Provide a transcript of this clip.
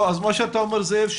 מה שאתה אומר זאב,